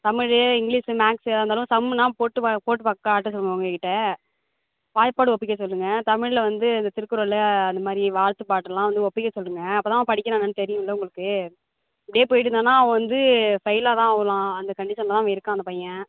Tamil English maths எதாக இருந்தாலும் சம்முன்னா போட்டு பா போட்டு பார்த்து காட்ட சொல்லுங்கள் உங்கள்கிட்ட வாய்ப்பாடு ஒப்பிக்க சொல்லுங்கள் தமிழில் வந்து இந்த திருக்குறள் அந்தமாதிரி வாழ்த்துப்பாட்டு எல்லாம் வந்து ஒப்பிக்க சொல்லுங்கள் அப்போதான் அவன் படிக்கிறானான்னு தெரியும்ல உங்களுக்கு இப்டே போயிட்டுருந்தான்னா அவன் வந்து ஃபெயிலாக தான் ஆவலாம் அந்த கண்டிஷனில் தான் அவன் இருக்கான் அந்த பையன்